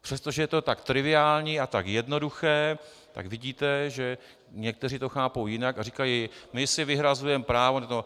Přestože je to tak triviální a tak jednoduché, tak vidíte, že někteří to chápou jinak a říkají: my si vyhrazujeme právo na to.